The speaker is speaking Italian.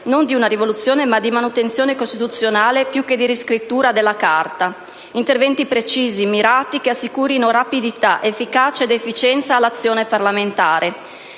non di rivoluzione ma di manutenzione costituzionale più che di riscrittura della Carta. Interventi precisi, mirati, che assicurino rapidità, efficacia ed efficienza all'azione parlamentare.